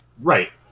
Right